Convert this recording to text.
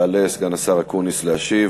יעלה סגן השר אקוניס להשיב,